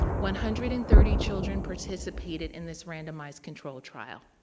one hundred and thirty children participated in this randomized control trial.